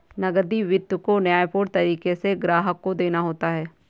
नकदी वित्त को न्यायपूर्ण तरीके से ग्राहक को देना होता है